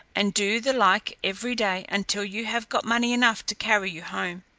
and do the like every day, until you have got money enough to carry you home.